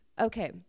Okay